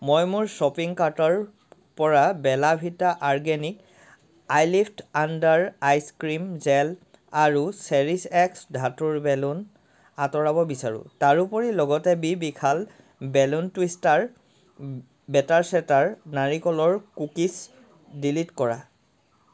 মই মোৰ শ্বপিং কাৰ্টৰ পৰা Bella Vita organic iLift under eye cream gel আৰু চেৰিছ এক্স ধাতুৰ বেলুন আঁতৰাব বিচাৰোঁ তাৰোপৰি লগতে বি বিশাল বেলুন টুইষ্টাৰ বেটাৰ চেটাৰ নাৰিকলৰ কুকিছ ডিলিট কৰা